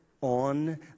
on